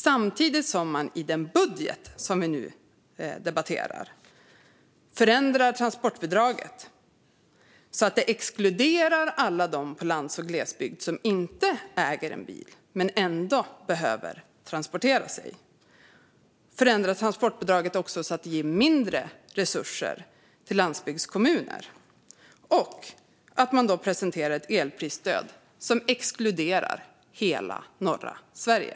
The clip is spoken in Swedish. Samtidigt förändrar man i budgeten transportbidraget så att det exkluderar alla på lands och glesbygd som inte äger en bil men ändå behöver transportera sig och så att det ger mindre resurser till landsbygdskommuner samt presenterar ett elprisstöd som exkluderar hela norra Sverige.